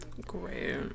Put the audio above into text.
Great